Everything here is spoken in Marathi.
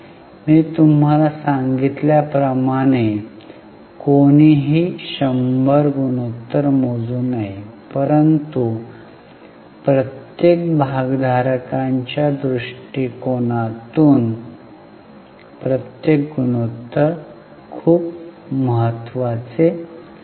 मी तुम्हाला सांगितल्या प्रमाणे कोणीही 100 गुणोत्तर मोजू शकते परंतु प्रत्येक भागधारकाच्या दृष्टिकोनातून प्रत्येक गुणोत्तर खूप महत्वाचे आहे